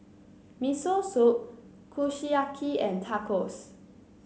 Miso Soup Kushiyaki and Tacos